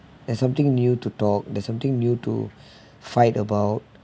there something new to talk there something new to fight about